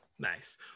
Nice